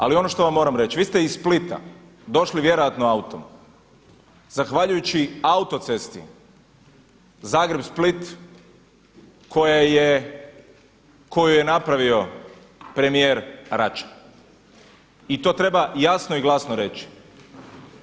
Ali ono što vam moram reći, vi ste iz Splita došli vjerojatno autom, zahvaljujući autocesti Zagreb-Split koju je napravo premijer Račan i to treba jasno i glasno reći.